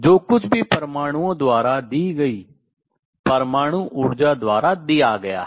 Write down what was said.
जो कुछ भी परमाणुओं द्वारा दी गई परमाणु ऊर्जा द्वारा दिया गया है